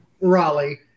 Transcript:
Raleigh